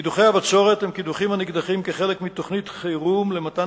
קידוחי הבצורת הם קידוחי הנקדחים כחלק מתוכנית חירום למתן